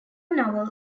novel